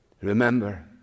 Remember